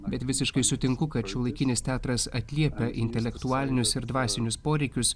bet visiškai sutinku kad šiuolaikinis teatras atliepia intelektualinius ir dvasinius poreikius